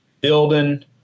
building